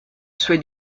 suoi